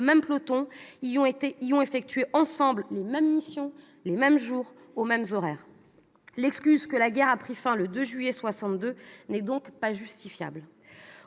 même peloton et y ont effectué, ensemble, les mêmes missions, les mêmes jours, aux mêmes horaires ? L'excuse selon laquelle la guerre a pris fin le 2 juillet 1962 n'est pas justifiable.